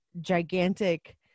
gigantic